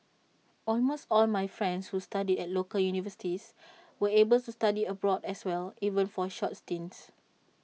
almost all my friends who studied at local universities were able to study abroad as well even for short stints